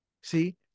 See